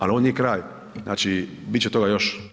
Ali ovo nije kraj, znači bit će toga još.